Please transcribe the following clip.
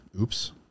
Oops